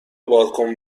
بالکن